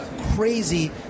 crazy